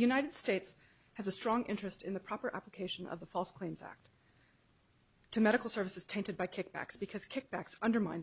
united states has a strong interest in the proper application of the false claims act to medical services tainted by kickbacks because kickbacks undermine